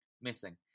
missing